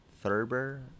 Thurber